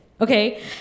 Okay